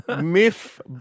Myth